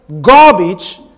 garbage